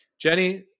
Jenny